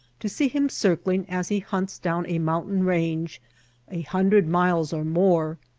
to see him circling as he hunts down a mountain range a hundred miles or more,